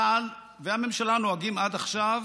צה"ל והממשלה נוהגים עד עכשיו